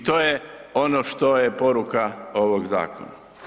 I to je ono što je poruka ovog zakona.